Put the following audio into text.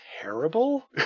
terrible